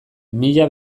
mila